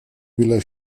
bila